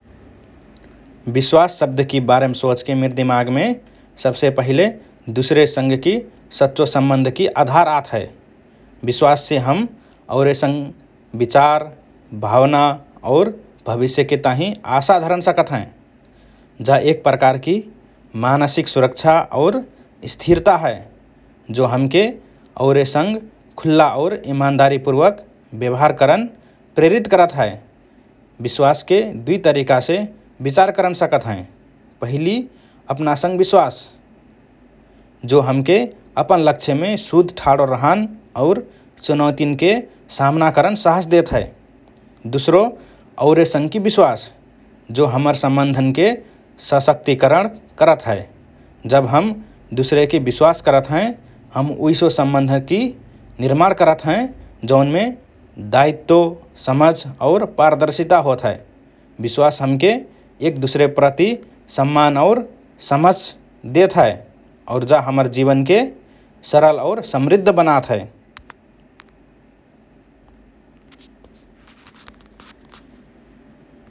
“विश्वास” शब्दकि बारेम सोचके मिर दिमागमे सबसे पहिले दुसरेसँगकि सच्चो सम्बन्धकि आधार आत हए । विश्वाससे हम औरे सँग विचार, भावना और भविष्यकि ताहिँ आशा धरन सकत हएँ । जा एक प्रकारकि मानसिक सुरक्षा और स्थिरता हए, जो हमके औरे सँग खुल्ला और इमादारिपूर्वक व्यवहार करन प्रेरित करत हए । विश्वासके दुई तरिकासे विचार करन सकत हएँ, पहिलि अपनासँग विश्वास, जो हमके अपन लक्ष्यमे सुध ठाडो रहन और चुनौतीन्के सामना करन साहस देत हए । दुसरो औरेसँगकि विश्वास, जो हमर सम्बन्धनके सशक्तिकरण करत हए । जब हम दुसरेके विश्वास करत हएँ, हम उइसो सम्बन्धकि निर्माण करत हएँ जौनमे दायित्व, समझ और पारदर्शिता होत हए । विश्वास हमके एक दुसरेप्रति सम्मान और समझ देत हए और जा हमर जीवनके सरल और समृद्ध बनात हए ।